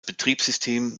betriebssystem